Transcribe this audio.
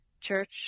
church